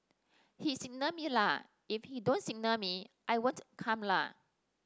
he signal me la if he don't signal me I won't come la